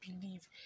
believe